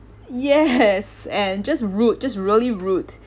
ye~ yes and just rude just really rude